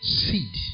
seed